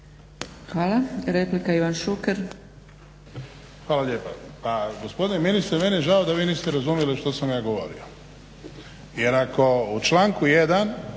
Hvala. Replika Ivan Šuker. **Šuker, Ivan (HDZ)** Pa gospodine ministre meni je žao da vi niste razumjeli što sam ja govorio. Jer ako u članku 1.